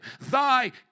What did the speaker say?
Thy